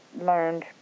learned